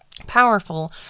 powerful